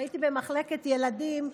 במחלקת ילדים,